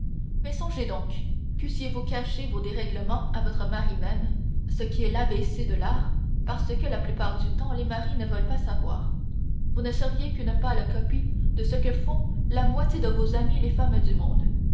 mais songez donc eussiez-vous caché vos dérèglements à votre mari même ce qui est l'a b c de l'art parce que la plupart du temps les maris ne veulent pas voir vous ne seriez qu'une pâle copie de ce que font la moitié de vos amies les femmes du monde